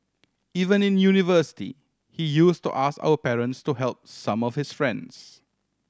even in university he use to ask our parents to help some of his friends